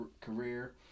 career